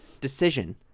decision